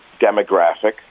demographic